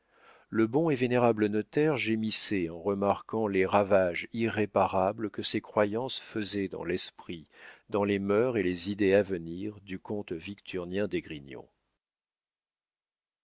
le bon et vénérable notaire gémissait en remarquant les ravages irréparables que ces croyances faisaient dans l'esprit dans les mœurs et les idées à venir du comte victurnien d'esgrignon